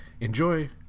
Enjoy